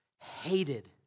Hated